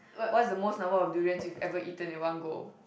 what's the most number of durians you've ever eaten in one go